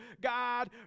God